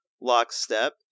Lockstep